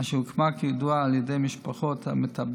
אשר הוקמה כידוע על ידי משפחות המתאבדים